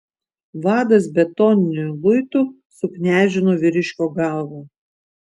vadas betoniniu luitu suknežino vyriškio galvą